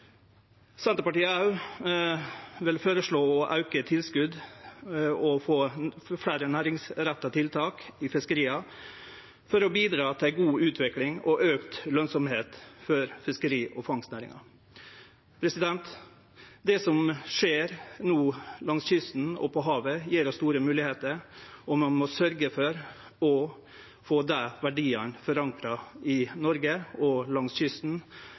Senterpartiet føreslår òg å auke tilskot og få fleire næringsretta tiltak i fiskeria, for å bidra til ei god utvikling og auka lønsemd for fiskeri- og fangstnæringa. Det som no skjer langs kysten og på havet, gjev oss store moglegheiter, og vi må sørgje for å få dei verdiane forankra i Noreg og langs kysten.